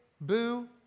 boo